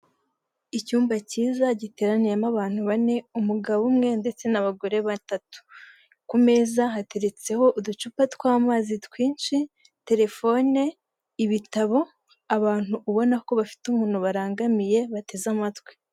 Icyumba kiza giteraniyemo abantu bane umugabo umwe ndetse n'abagore batatu, ku meza hateretseho, uducupa tw'amazi twinshi, telefone ibitabo, abantu ubona ko bafite umuntu barangamiye bateze amatwi.